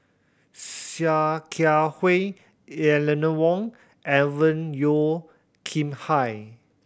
Sia Kia Hui Eleanor Wong Alvin Yeo Khirn Hai